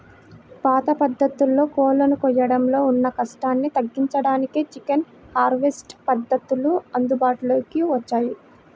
పాత పద్ధతుల్లో కోళ్ళను కోయడంలో ఉన్న కష్టాన్ని తగ్గించడానికే చికెన్ హార్వెస్ట్ పద్ధతులు అందుబాటులోకి వచ్చాయి